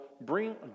bring